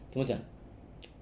怎么讲